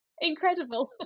incredible